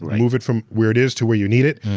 move it from where it is to where you need it,